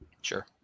Sure